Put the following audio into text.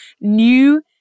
new